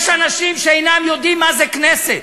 יש אנשים שאינם יודעים מה זה כנסת,